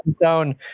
down